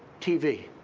tv.